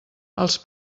els